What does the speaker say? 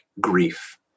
grief